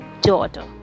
daughter